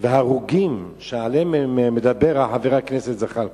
וההרוגים שעליהם מדבר חבר הכנסת זחאלקה,